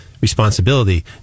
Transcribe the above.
responsibility